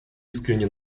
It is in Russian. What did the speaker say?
искренне